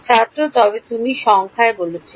ছাত্র তবে তুমি সংখ্যায় বলেছিলে